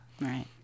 Right